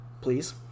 Please